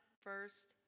first